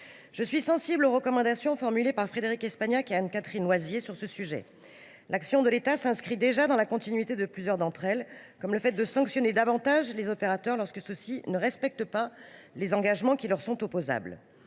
Je suis sensible aux recommandations formulées par Frédérique Espagnac et Anne Catherine Loisier sur ce sujet. L’action de l’État s’inscrit déjà dans la continuité de plusieurs d’entre elles, comme le fait de sanctionner davantage les opérateurs lorsque ceux ci ne respectent pas les engagements qui leur sont opposables.